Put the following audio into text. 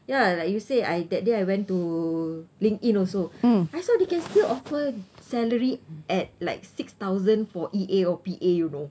ya lah like you say I that day I went to linkedin also I saw they can still offer salary at like six thousand for E_A or P_A you know